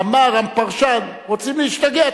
אמר הפרשן: רוצים להשתגע?